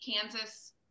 Kansas